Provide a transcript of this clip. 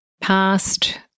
past